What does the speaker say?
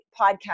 podcast